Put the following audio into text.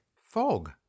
Fog